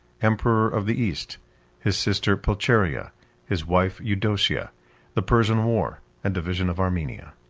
emperor of the east his sister pulcheria his wife eudocia the persian war, and division of armenia.